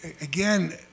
again